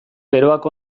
beroak